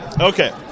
Okay